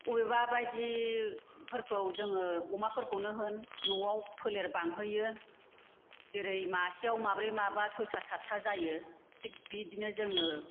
अबेबा बायदिफोरखौ जोङो अमाफोरखौनो होन न'वाव फोलेर बांहोयो जेरै मासेआव माब्रै माबा सयथा सातथा जायो थिग बिदिनो जोङो